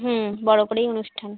হুম বড় করেই অনুষ্ঠান